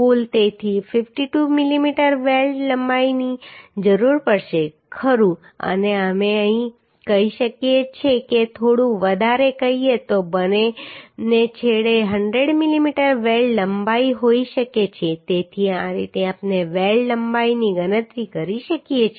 કુલ તેથી 52 millimetre weld લંબાઈની જરૂર પડશે ખરું અને અમે કહી શકીએ કે થોડું વધારે કહીએ તો બંને છેડે 100 મીમી વેલ્ડ લંબાઈ હોઈ શકે છે તેથી આ રીતે આપણે વેલ્ડ લંબાઈની ગણતરી કરી શકીએ છીએ